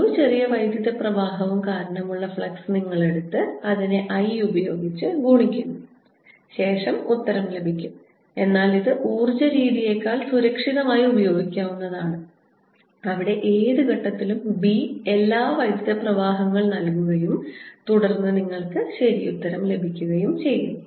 ഓരോ ചെറിയ വൈദ്യുത പ്രവാഹവും കാരണം ഉള്ള ഫ്ലക്സ് നിങ്ങൾ എടുത്ത് അതിനെ I ഉപയോഗിച്ച ഗുണിക്കുന്നു ശേഷം ഉത്തരം ലഭിക്കും എന്നാൽ ഇത് ഊർജ്ജ രീതിയേക്കാൾ സുരക്ഷിതമായി ഉപയോഗിക്കാവുന്നതാണ് അവിടെ ഏത് ഘട്ടത്തിലും b എല്ലാ വൈദ്യുത പ്രവാഹങ്ങൾക്കും നൽകുകയും തുടർന്ന് നിങ്ങൾക്ക് ശരിയുത്തരം ലഭിക്കുകയും ചെയ്യുന്നു